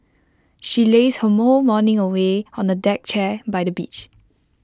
she lazed her more morning away on A deck chair by the beach